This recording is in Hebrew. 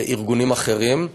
וארגונים אחרים.